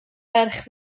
ferch